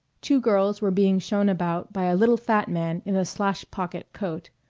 two girls were being shown about by a little fat man in a slash-pocket coat,